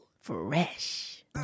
Fresh